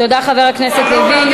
תודה, חבר הכנסת לוין.